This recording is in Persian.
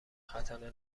ختنه